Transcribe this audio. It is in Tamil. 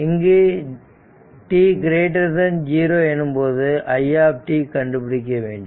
இங்கு t 0 எனும்போது i கண்டுபிடிக்க வேண்டும்